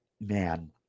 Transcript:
man –